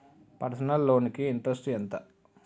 Personal loan కి interest ఎంత?